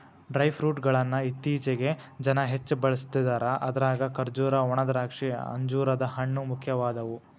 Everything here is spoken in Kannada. ಡ್ರೈ ಫ್ರೂಟ್ ಗಳ್ಳನ್ನ ಇತ್ತೇಚಿಗೆ ಜನ ಹೆಚ್ಚ ಬಳಸ್ತಿದಾರ ಅದ್ರಾಗ ಖರ್ಜೂರ, ಒಣದ್ರಾಕ್ಷಿ, ಅಂಜೂರದ ಹಣ್ಣು, ಮುಖ್ಯವಾದವು